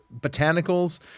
Botanicals